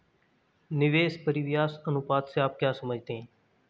निवेश परिव्यास अनुपात से आप क्या समझते हैं?